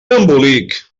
embolic